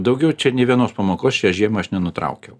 daugiau čia nei vienos pamokos šią žiemą aš nenutraukiau